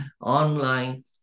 online